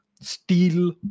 steel